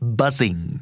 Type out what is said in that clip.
buzzing